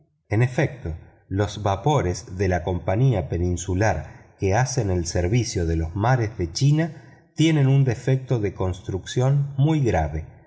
en efecto los vapores de la compañía peninsular que hacen el servicio de los mares de china tienen un defecto de construcción muy grave